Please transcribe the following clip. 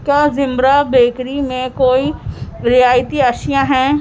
کیا زمرہ بیکری میں کوئی رعایتی اشیا ہیں